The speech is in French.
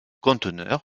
conteneurs